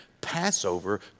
Passover